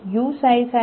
બરાબર